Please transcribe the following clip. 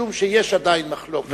משום שיש עדיין מחלוקת,